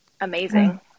amazing